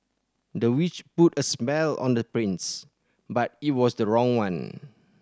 the witch put a spell on the prince but it was the wrong one